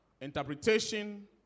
Interpretation